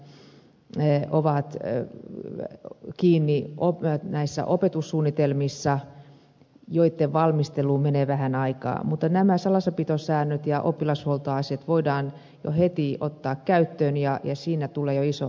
muut pykälät ovat kiinni näissä opetussuunnitelmissa joitten valmisteluun menee vähän aikaa mutta nämä salassapitosäännöt ja oppilashuoltoasiat voidaan jo heti ottaa käyttöön ja siinä tulee jo iso apu kentälle